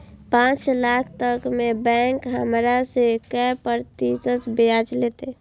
पाँच लाख तक में बैंक हमरा से काय प्रतिशत ब्याज लेते?